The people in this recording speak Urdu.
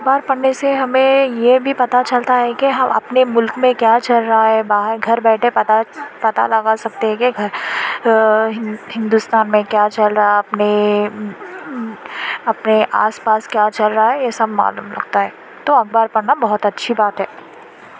اخبار پڑھنے سے ہمیں یہ بھی پتا چلتا ہے کہ ہم اپنے ملک میں کیا چل رہا ہے باہر گھر بیٹھے پتا پتا لگا سکتے ہیں کہ گھر ہندوستان میں کیا چل رہا اپنے اپنے آس پاس کیا چل رہا یہ سب معلوم لگتا ہے تو اخبار پڑھنا بہت اچھی بات ہے